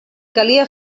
calia